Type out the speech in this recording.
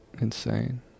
Insane